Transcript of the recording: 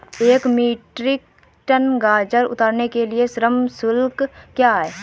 एक metric ton गाजर उतारने के लिए श्रम शुल्क क्या है?